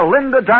Linda